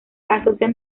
asocian